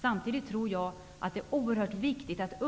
Samtidigt tror jag att det är oerhört viktigt att i synnerhet